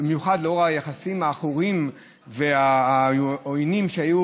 במיוחד לנוכח היחסים העכורים והעוינים שהיו